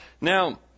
Now